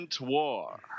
war